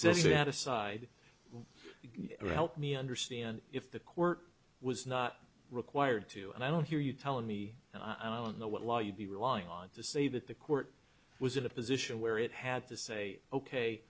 set aside you help me understand if the court was not required to and i don't hear you telling me i don't know what law you'd be relying on to say that the court was in a position where it had to